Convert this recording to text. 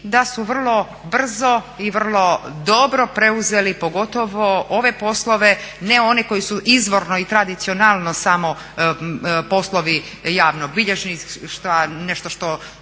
da su vrlo brzo i vrlo dobro preuzeli pogotovo ove poslove, ne one koji su izvorno i tradicionalno samo poslovi javnobilježništva nešto što